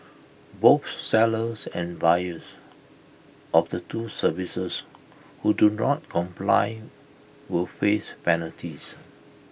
both sellers and buyers of the two services who do not comply will face penalties